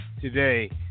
today